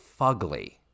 fugly